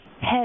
head